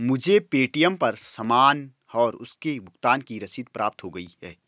मुझे पे.टी.एम पर सामान और उसके भुगतान की रसीद प्राप्त हो गई है